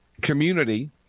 community